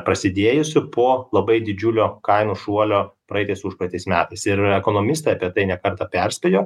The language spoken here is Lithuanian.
prasidėjusių po labai didžiulio kainų šuolio praeitais užpraeitais metais ir ekonomistai apie tai ne kartą perspėjo